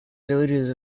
villages